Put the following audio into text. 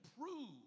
prove